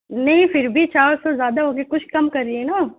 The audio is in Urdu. نہیں پھر بھی چار سو زیادہ ہو گیا کچھ کم کریے نا